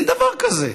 אין דבר כזה.